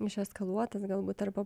išeskaluotas galbūt arba